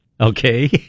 Okay